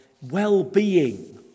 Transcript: well-being